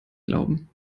glauben